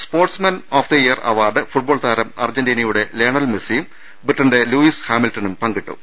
sports men of the year award football താരം അർജന്റീനയുടെ Lionel മെസിയും ബ്രിട്ടന്റെ ലൂയിസ് ഹാമിൽട്ടണും പങ്കിട്ടു